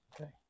okay